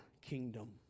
kingdom